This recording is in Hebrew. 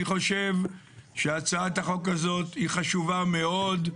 אני חושב שהצעת החוק הזאת היא חשובה מאוד.